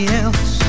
else